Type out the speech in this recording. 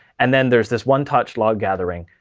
and then there's this one touch log gathering,